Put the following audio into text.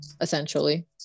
essentially